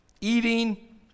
eating